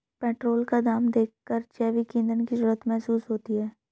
petrol का दाम देखकर जैविक ईंधन की जरूरत महसूस होती है